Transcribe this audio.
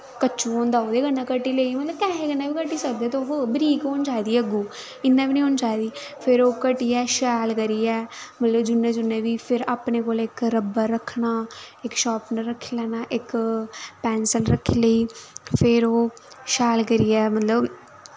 कच्चू होंदा उ'दे कन्नै घटी लेई मतलब कैसे कन्नै बी घटी सकदे तुस ओह् बरीक होनी चाहिदी अग्गूं इयां बी निं होनी चाहिदी फिर ओह् घटियै शैल करियै मतलब जुन्ने जुन्ने बी फिर अपने कोल इक रब्बर रक्खना इक शार्पनर रक्खी लैना इक पैन्सल रक्खी लेई फिर ओह् शैल करियै मतलब